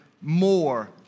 more